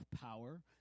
power